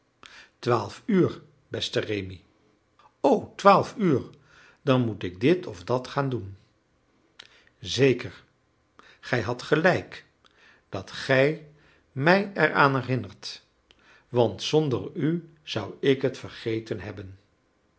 twaalf uur beste rémi o twaalf uur dan moet ik dit of dat gaan doen zeker gij hadt gelijk dat ge mij er aan herinnerdet want zonder u zou ik het vergeten hebben